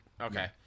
okay